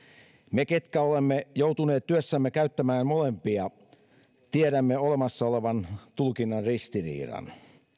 me ketkä olemme joutuneet työssämme käyttämään molempia tiedämme olemassa olevan tulkinnan ristiriidan